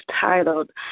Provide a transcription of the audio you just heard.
titled